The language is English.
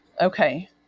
okay